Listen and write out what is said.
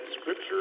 Scripture